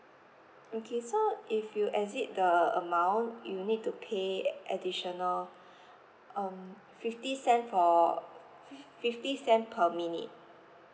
okay so if you exceed the amount you'll need to pay ad~ additional um fifty cent for fifty cent per minute